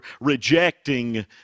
rejecting